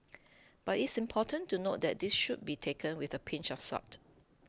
but it's important to note that this should be taken with a pinch of salt